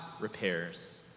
repairs